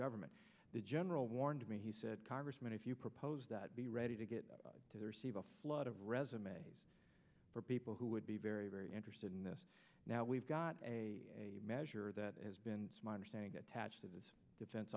government the general warned me he said congressman if you propose that be ready to get to receive a flood of resumes for people who would be very very interested in this now we've got a measure that has been are staying attached to the defen